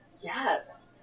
Yes